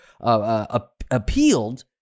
appealed